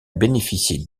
bénéficié